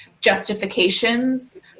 justifications